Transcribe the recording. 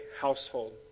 household